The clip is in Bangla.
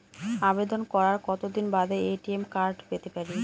আবেদন করার কতদিন বাদে এ.টি.এম কার্ড পেতে পারি?